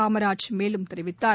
காமராஜ் மேலும் தெரிவித்தார்